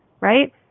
right